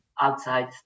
outside